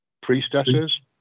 priestesses